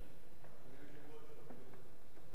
אדוני היושב-ראש,